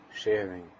sharing